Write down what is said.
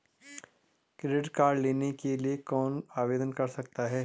Credit card लेने के लिए कौन आवेदन कर सकता है?